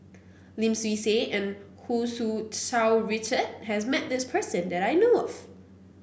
Lim Swee Say and Hu Tsu Tau Richard has met this person that I know of